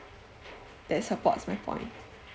that supports my point